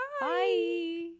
Bye